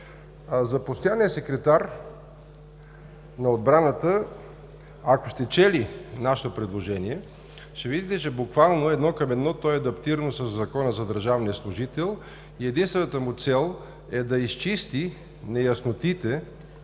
За постоянния секретар на отбраната, ако сте чели нашето предложение, ще видите, че буквално едно към едно то е адаптирано със Закона за държавния служители и единствената му цел е да изчисти неяснотите,